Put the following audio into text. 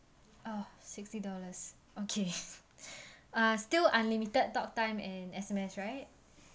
oh sixty dollars okay uh still unlimited talk time and S_M_S right